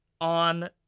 On